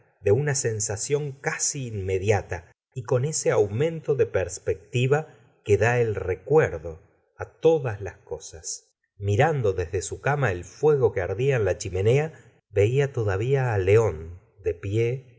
de una sensación casi inmediata y con ese aumento de perspectiva que da el recuerdo á todas las cosas mirando desde su cama el fuego que ardía en la chimenea veía todavía á león de pie